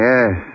Yes